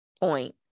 point